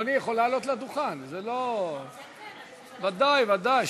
אדוני יכול לעלות לדוכן, זה לא, ודאי, ודאי.